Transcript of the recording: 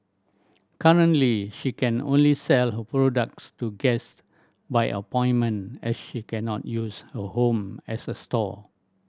currently she can only sell her products to guest by appointment as she cannot use her home as a store